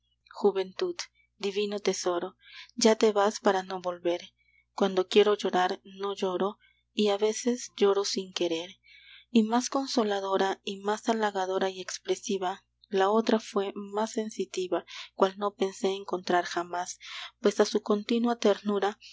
juventud divino tesoro ya te vas para no volver cuando quiero llorar no lloro y a veces lloro sin querer y más consoladora y más halagadora y expresiva la otra fué más sensitiva cual no pensé encontrar jamás pues a su continua ternura